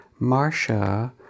Marsha